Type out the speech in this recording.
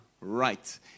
right